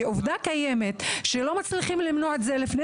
כי עובדה קיימת היא שלא מצליחים למנוע את האירוע לפני